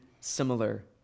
similar